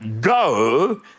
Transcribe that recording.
go